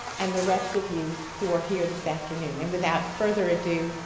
and the rest of you who are here this afternoon. and without further ado,